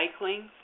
recycling